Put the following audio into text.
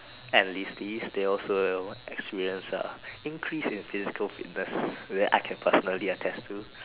enlistees they also experience uh increase in physical fitness that I can personally attest to